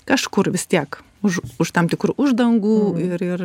kažkur vis tiek už už tam tikrų uždangų ir ir